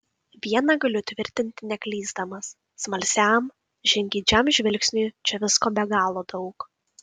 viena galiu tvirtinti neklysdamas smalsiam žingeidžiam žvilgsniui čia visko be galo daug